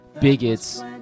bigots